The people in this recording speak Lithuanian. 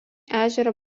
ežero